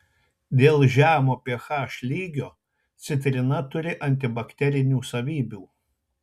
dėl žemo ph lygio citrina turi antibakterinių savybių